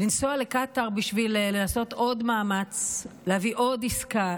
לנסוע לקטר בשביל לעשות עוד מאמץ להביא עוד עסקה,